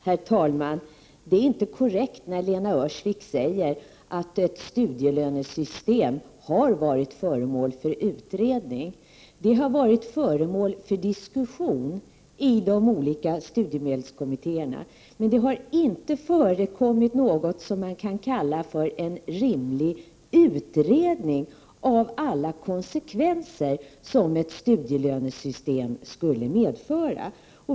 Herr talman! Det är inte korrekt när Lena Öhrsvik säger att ett studielönesystem har varit föremål för utredning. Det har varit föremål för diskussion i de olika studiemedelskommittéerna, men det har inte förekommit något som man kan kalla för en rimlig utredning av alla konsekvenser som ett studielönesystem skulle medföra.